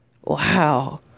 Wow